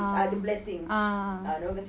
ah ah